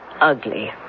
ugly